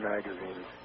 Magazines